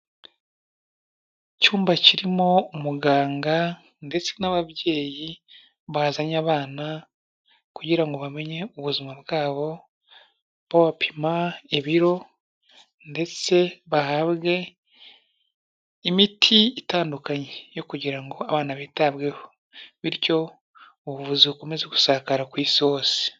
Icyumba kirimo umuganga ndetse n'ababyeyi bazanye abana kugira ngo bamenye ubuzima bwabo, babapima ibiro ndetse bahabwe imiti itandukanye yo kugira ngo abana bitabweho, bityo ubuvuzi bukomeze gusakara ku isi hose.